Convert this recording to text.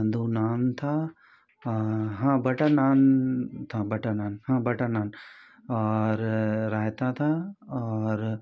दो नान था हाँ बटर नान था बटर नान हाँ बटर नान और रायता था और